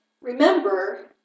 Remember